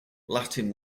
latin